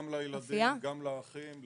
גם לילדים, גם להורים, גם לאחים.